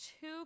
two